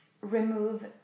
remove